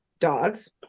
dogs